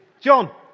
John